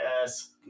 Yes